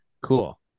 Cool